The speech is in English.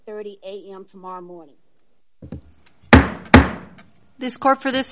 thirty am tomorrow morning this car for this